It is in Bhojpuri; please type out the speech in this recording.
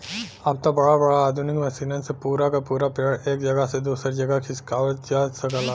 अब त बड़ा बड़ा आधुनिक मसीनन से पूरा क पूरा पेड़ एक जगह से दूसर जगह खिसकावत जा सकला